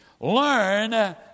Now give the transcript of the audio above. Learn